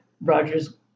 Roger's